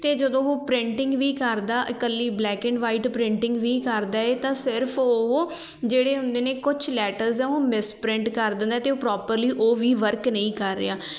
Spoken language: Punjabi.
ਅਤੇ ਜਦੋਂ ਉਹ ਪ੍ਰਿੰਟਿੰਗ ਵੀ ਕਰਦਾ ਇਕੱਲੀ ਬਲੈਕ ਐਂਡ ਵਾਈਟ ਵੀ ਕਰਦਾ ਹੈ ਤਾਂ ਸਿਰਫ ਉਹ ਜਿਹੜੇ ਹੁੰਦੇ ਨੇ ਕੁਛ ਲੈਟਰਸ ਉਹ ਮਿਸਪ੍ਰਿੰਟ ਕਰ ਦਿੰਦਾ ਹੈ ਅਤੇ ਉਹ ਪ੍ਰੋਪਰਲੀ ਉਹ ਵੀ ਵਰਕ ਨਹੀਂ ਕਰ ਰਿਹਾ